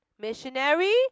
Missionary